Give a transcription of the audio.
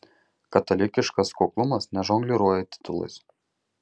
katalikiškas kuklumas nežongliruoja titulais